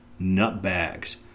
nutbags